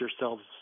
yourselves